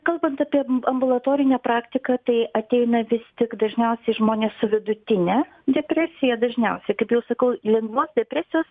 kalbant apie ambulatorinę praktiką tai ateina vis tik dažniausiai žmonės su vidutine depresija dažniausiai kaip jau sakau lengvos depresijos